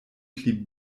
pli